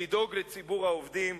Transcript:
לדאוג לציבור העובדים.